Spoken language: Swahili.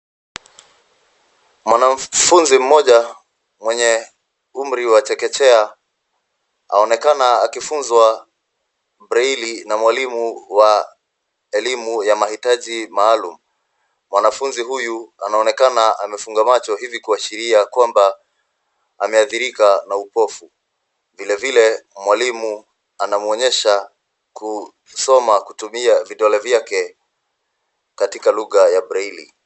Mwanafunzi mmoja mwenye umri wa chekechea aonekana kufunza braili na mwalimu wa elimu ya mahitjai maalum. Mwanafunzi huyu anaonekana amefunga macho hivi kuashiria kwamba ameadhirika na upofu vilevile mwalimu anamuonyesha kusoma kutumia vidole vyake katika lugha ya braili.